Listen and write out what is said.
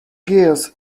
gears